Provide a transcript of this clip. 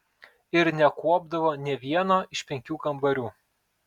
ir nekuopdavo nė vieno iš penkių kambarių